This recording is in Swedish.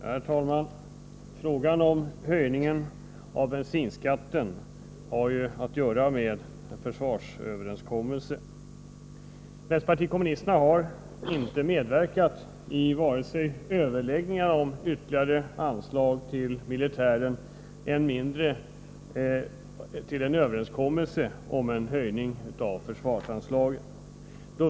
Herr talman! Frågan om höjningen av bensinskatten har med försvarsöverenskommelsen att göra. Vänsterpartiet kommunisterna har inte deltagit i överläggningarna om ytterligare anslag till militären, än mindre medverkat till en överenskommelse om en höjning av försvarsanslaget.